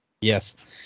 Yes